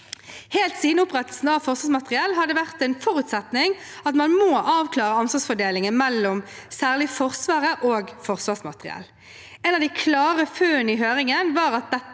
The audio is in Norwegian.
Helt siden opprettelsen av Forsvarsmateriell har det vært en forutsetning at man må avklare ansvarsfordelingen mellom særlig Forsvaret og Forsvarsmateriell. Et av de klare funnene i høringen var at dette